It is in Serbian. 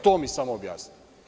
To mi samo objasnite.